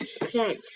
plant